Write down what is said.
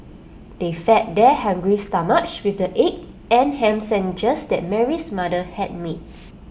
they fed their hungry stomachs with the egg and Ham Sandwiches that Mary's mother had made